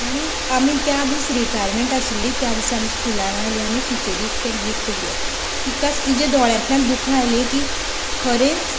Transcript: आनीक आमी त्या दिसा रिटायर्मेंट आशिल्ली त्या दिसा आमी स्कुलान आयलीं आनी टिचरीक तें गिफ्ट दिलें तिकाच तिच्या दोळ्यांतल्यान दुखां आयलीं की खरेंच